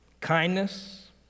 kindness